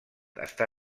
està